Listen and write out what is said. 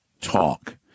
Talk